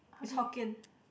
is Hokkien